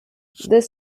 this